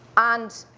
and